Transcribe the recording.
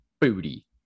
Booty